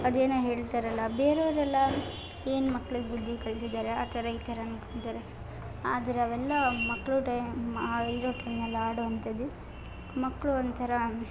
ಅದೇನೊ ಹೇಳ್ತಾರಲ್ಲ ಬೇರೆಯವರೆಲ್ಲ ಏನು ಮಕ್ಳಿಗೆ ಬುದ್ಧಿ ಕಲ್ಸಿದ್ದಾರೆ ಆ ಥರ ಈ ಥರ ಅಂದ್ಕೊತಾರೆ ಆದರೆ ಅವೆಲ್ಲ ಮಕ್ಕಳು ಟೈಮ್ ಆ ಇರೋ ಟೈಮಲ್ಲಿ ಆಡುವಂತದ್ದು ಮಕ್ಕಳು ಒಂಥರ